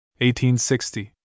1860